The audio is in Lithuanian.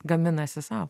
gaminasi sau